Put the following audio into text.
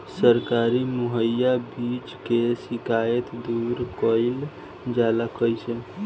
सरकारी मुहैया बीज के शिकायत दूर कईल जाला कईसे?